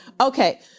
okay